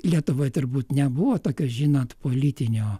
lietuvoj turbūt nebuvo tokio žinot politinio